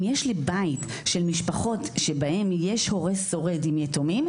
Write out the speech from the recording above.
אם יש לי בית של משפחות שבהן יש הורה שורד עם יתומים,